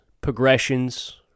progressions